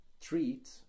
treat